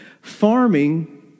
Farming